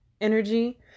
energy